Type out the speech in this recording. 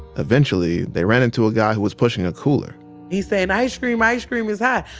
eventually they ran into a guy who was pushing a cooler he saying, ice cream! ice cream! it's hot.